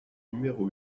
numéro